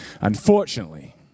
Unfortunately